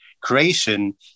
creation